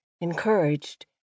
encouraged